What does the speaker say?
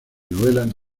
novelas